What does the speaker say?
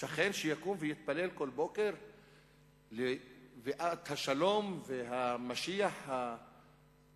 שכן שיקום ויתפלל כל בוקר לביאת השלום והמשיח המדומה?